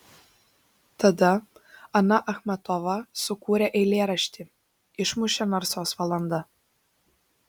tada ana achmatova sukūrė eilėraštį išmušė narsos valanda